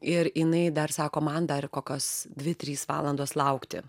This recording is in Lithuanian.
ir jinai dar sako man dar kokios dvi trys valandos laukti